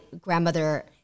grandmother